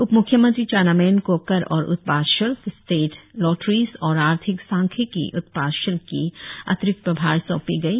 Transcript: उपम्ख्यमंत्री चाउना मैन को कर और उत्पाद श्ल्क स्टेट लॉट्रिस और आर्थिक सांख्यिकीय उत्पाद श्ल्क की अतिरिक्त प्रभार सौंपी गई